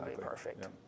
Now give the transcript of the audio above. perfect